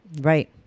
Right